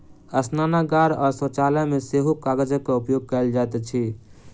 स्नानागार आ शौचालय मे सेहो कागजक उपयोग कयल जाइत अछि